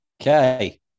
okay